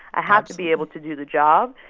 i have to be able to do the job.